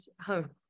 home